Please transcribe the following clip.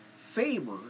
favor